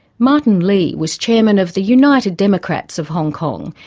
martin lee was chairman of the united democrats of hong kong,